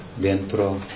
dentro